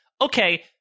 okay